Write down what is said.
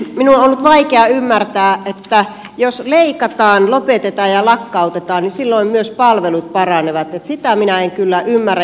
minun on nyt vaikea ymmärtää että jos leikataan lopetetaan ja lakkautetaan niin silloin myös palvelut paranevat sitä minä en kyllä ymmärrä